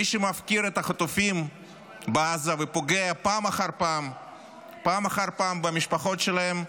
מי שמפקיר את החטופים בעזה ופוגע פעם אחר פעם במשפחות שלהם,